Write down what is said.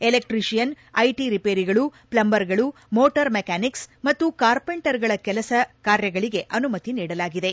electrician IT ರಿವೇರಿಗಳು ಪ್ಲಂಬರ್ಗಳು motor mechanics ಮತ್ತು ಕಾರ್ವೆಂಟರ್ಗಳ ಕೆಲಸ ಕಾರ್ಯಗಳಿಗೆ ಅನುಮತಿ ನೀಡಲಾಗಿದೆ